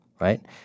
right